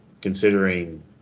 considering